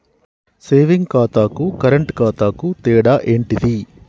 Saving ఖాతాకు current ఖాతాకు తేడా ఏంటిది?